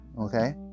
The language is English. okay